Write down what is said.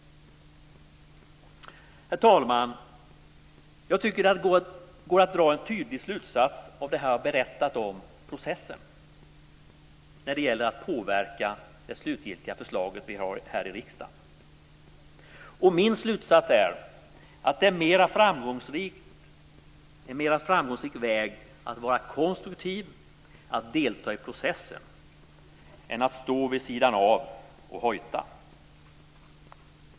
Herr talman! Jag tycker att det går att dra en tydlig slutsats av det jag berättat om processen när det gäller att påverka det slutgiltiga förslaget vi har i riksdagen. Min slutsats är att det är en mer framgångsrik väg att vara konstruktiv och delta i processen än att gå vid sidan av och hojta.